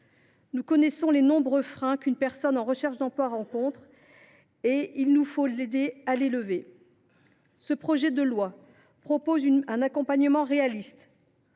Nous connaissons les nombreux freins qu’une personne en recherche d’emploi rencontre. Il nous faut aider à les lever. Ce projet de loi prévoit un accompagnement réaliste.